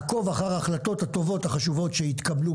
לעקוב אחר ההחלטות הטובות והחשובות שכבר התקבלו,